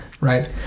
right